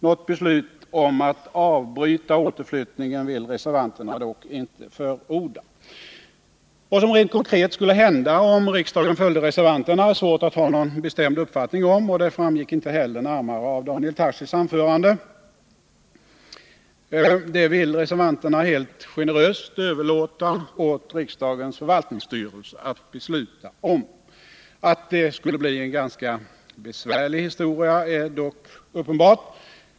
Något beslut om att avbryta återflyttningen vill reservanterna dock inte förorda. Vad som rent konkret skulle hända om riksdagen följde reservanterna är svårt att ha någon bestämd uppfattning om, och det framgick inte heller av Daniel Tarschys anförande. Det vill reservanterna helt generöst överlåta åt riksdagens förvaltningsstyrelse att besluta om. Att det skulle bli en ganska besvärlig historia är dock uppenbart.